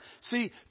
See